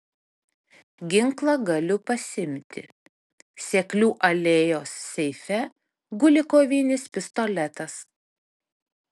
ginklą galiu pasiimti seklių alėjos seife guli kovinis pistoletas